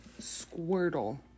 Squirtle